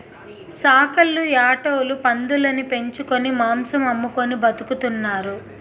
సాకల్లు యాటోలు పందులుని పెంచుకొని మాంసం అమ్ముకొని బతుకుతున్నారు